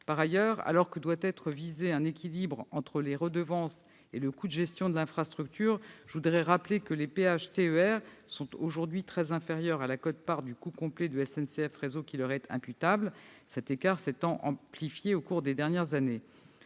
Par ailleurs, alors que doit être visé un équilibre entre les redevances et le coût de gestion de l'infrastructure, je voudrais rappeler que les péages TER sont aujourd'hui très inférieurs à la quote-part du coût complet du SNCF Réseau qui leur est imputable, cet écart s'étant amplifié au cours des dernières années.